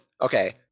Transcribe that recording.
okay